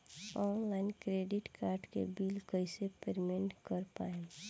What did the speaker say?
Online credit card के bill कइसे payment कर पाएम?